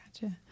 Gotcha